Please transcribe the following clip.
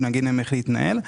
לומר להם כיצד להתנהל.